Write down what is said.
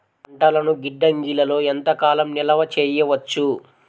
పంటలను గిడ్డంగిలలో ఎంత కాలం నిలవ చెయ్యవచ్చు?